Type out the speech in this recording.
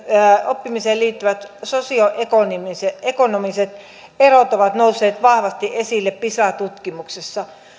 oppimiseen liittyvät sosioekonomiset erot ovat nousseet vahvasti esille pisa tutkimuksessa